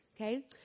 Okay